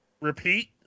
Repeat